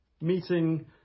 meeting